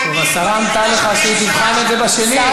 השרה ענתה לך שהיא תבחן את זה שנית.